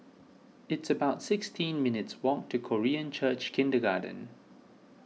it's about sixteen minutes' walk to Korean Church Kindergarten